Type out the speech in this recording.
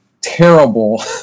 terrible